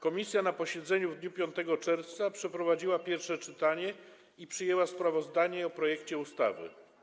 Komisja na posiedzeniu w dniu 5 czerwca przeprowadziła pierwsze czytanie i przyjęła sprawozdanie o projekcie ustawy.